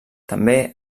també